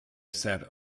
set